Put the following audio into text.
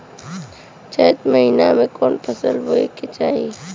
चैत महीना में कवन फशल बोए के चाही?